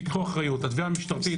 התביעה המשטרתית